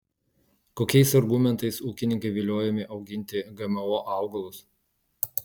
kokiais argumentais ūkininkai viliojami auginti gmo augalus